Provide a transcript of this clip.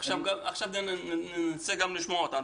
עכשיו ננסה לשמוע אותם.